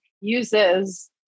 uses